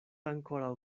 ankoraŭ